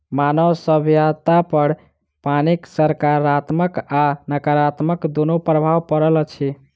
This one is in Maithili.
मानव सभ्यतापर पानिक साकारात्मक आ नाकारात्मक दुनू प्रभाव पड़ल अछि